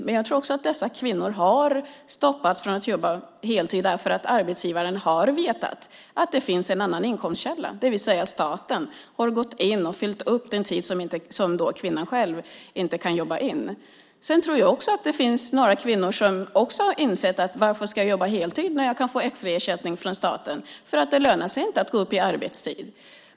Men jag tror också att dessa kvinnor har stoppats från att jobba heltid därför att arbetsgivaren har vetat att det har funnits en annan inkomstkälla, det vill säga staten, som har gått in och fyllt ut den tid som kvinnan själv inte kan jobba in. Jag tror också att det finns kvinnor som har frågat sig varför de ska jobba heltid när de kan få extraersättning från staten. Det har inte lönat sig att gå upp i arbetstid.